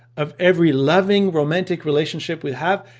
of every loving, romantic relationship we have.